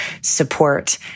support